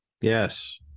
Yes